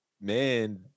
man